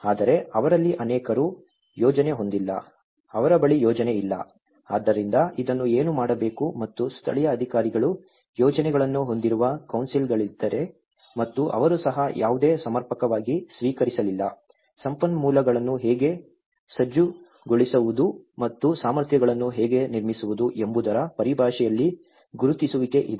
ಆದರೆ ಅವರಲ್ಲಿ ಅನೇಕರು ಯೋಜನೆ ಹೊಂದಿಲ್ಲ ಅವರ ಬಳಿ ಯೋಜನೆ ಇಲ್ಲ ಆದ್ದರಿಂದ ಇದನ್ನು ಏನು ಮಾಡಬೇಕು ಮತ್ತು ಸ್ಥಳೀಯ ಅಧಿಕಾರಿಗಳು ಯೋಜನೆಗಳನ್ನು ಹೊಂದಿರುವ ಕೌನ್ಸಿಲ್ಗಳಿದ್ದರೆ ಮತ್ತು ಅವರು ಸಹ ಯಾವುದೇ ಸಮರ್ಪಕವಾಗಿ ಸ್ವೀಕರಿಸಲಿಲ್ಲ ಸಂಪನ್ಮೂಲಗಳನ್ನು ಹೇಗೆ ಸಜ್ಜುಗೊಳಿಸುವುದು ಮತ್ತು ಸಾಮರ್ಥ್ಯಗಳನ್ನು ಹೇಗೆ ನಿರ್ಮಿಸುವುದು ಎಂಬುದರ ಪರಿಭಾಷೆಯಲ್ಲಿ ಗುರುತಿಸುವಿಕೆ ಇದೆ